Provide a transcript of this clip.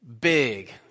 big